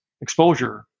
exposure